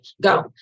go